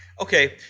Okay